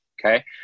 Okay